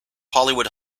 hollywood